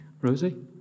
Rosie